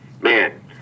man